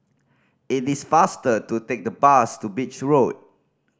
is this faster to take the bus to Beach Road